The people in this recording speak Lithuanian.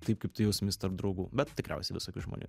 taip kaip tu jaustumeis tarp draugų bet tikriausiai visokių žmonių